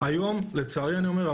היום לצערי אני אומר,